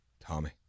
Tommy